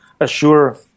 assure